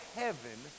heaven